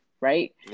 right